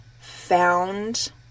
found